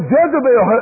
Jezebel